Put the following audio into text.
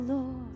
Lord